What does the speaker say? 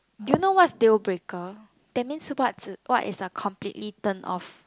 do you know what's deal breaker that means what's what is a completely turn off